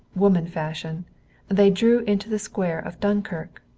woman-fashion they drew into the square of dunkirk,